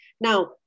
Now